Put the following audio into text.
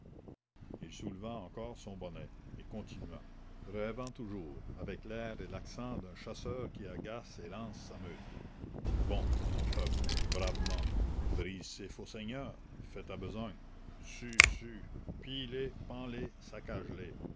il souleva encore son bonnet et continua rêvant toujours avec l'air et l'accent d'un chasseur qui agace et lance sa meute bon mon peuple bravement brise ces faux seigneurs fais ta besogne sus sus pille les pends les saccage les